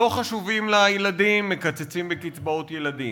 לא חשובים לה הילדים, מקצצים בקצבאות ילדים,